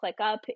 ClickUp